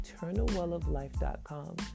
eternalwelloflife.com